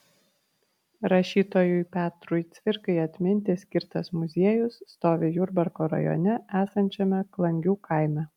rašytojui petrui cvirkai atminti skirtas muziejus stovi jurbarko rajone esančiame klangių kaime